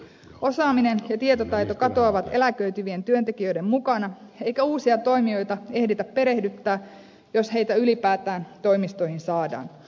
osaaminen ja tietotaito katoavat eläköityvien työntekijöiden mukana eikä uusia toimijoita ehditä perehdyttää jos heitä ylipäätään toimistoihin saadaan